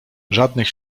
żadnych